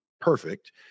perfect